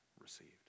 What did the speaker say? received